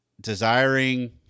desiring